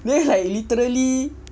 dia like literally